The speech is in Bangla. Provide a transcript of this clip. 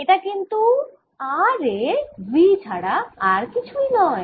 এটা কিন্তু r এ V ছাড়া আর কিছুই নয়